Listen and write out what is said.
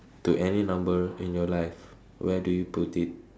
to any number in your life where do you put it